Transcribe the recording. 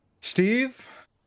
steve